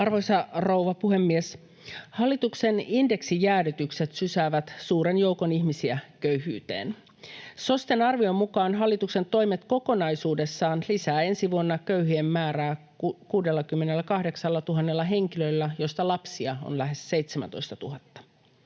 Arvoisa rouva puhemies! Hallituksen indeksijäädytykset sysäävät suuren joukon ihmisiä köyhyyteen. SOSTEn arvion mukaan hallituksen toimet kokonaisuudessaan lisäävät ensi vuonna köyhien määrää 68 000 henkilöllä, joista lapsia on lähes 17 000.